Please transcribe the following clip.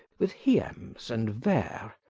with hiems and ver,